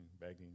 begging